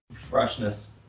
Freshness